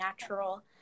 natural